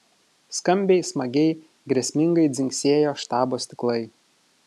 skambiai smagiai grėsmingai dzingsėjo štabo stiklai